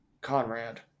Conrad